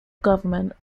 government